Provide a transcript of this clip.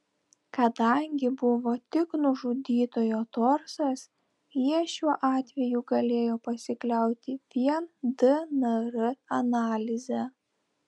kadangi buvo tik nužudytojo torsas jie šiuo atveju galėjo pasikliauti vien dnr analize